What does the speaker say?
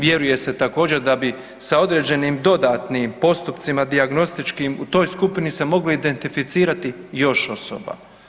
Vjeruje se također, da bi sa određenim dodatnim postupcima dijagnostičkim u toj skupini se moglo identificirati još osoba.